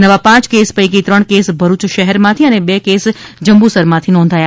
નવા પાંચકેસ પૈકી ત્રણ કેસ ભરૂચ શહેરમાંથી અને બે કેસ જંબુસરમાંથી નોંધાયા છે